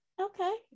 okay